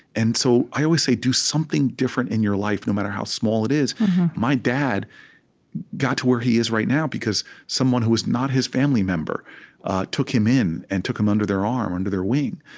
and so i always say, do something different in your life, no matter how small it is my dad got to where he is right now because someone who was not his family member took him in and took him under their arm, under their wing.